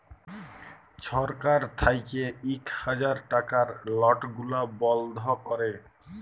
ছরকার থ্যাইকে ইক হাজার টাকার লট গুলা বল্ধ ক্যরে